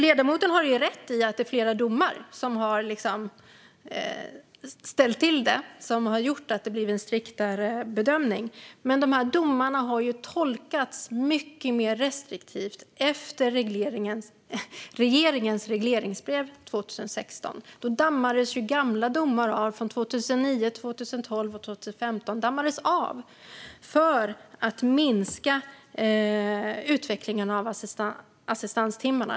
Ledamoten har rätt i att det är flera domar som ställt till det och gjort att det blivit en striktare bedömning. Men de domarna har ju tolkats mycket mer restriktivt efter regeringens regleringsbrev 2016. Då dammade man av gamla domar från 2009, 2012 och 2015 för att minska utvecklingen av assistanstimmarna.